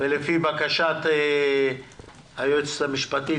לפי בקשת היועצת המשפטית,